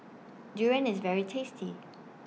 Durian IS very tasty